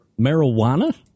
Marijuana